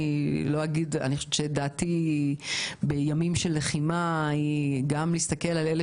אני חושבת שדעתי בימים של לחימה היא גם להסתכל על אלה